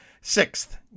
Sixth